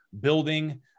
building